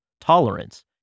tolerance